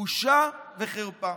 בושה וחרפה.